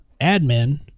admin